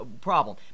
problem